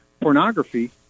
pornography